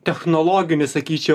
technologinis sakyčiau